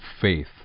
faith